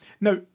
now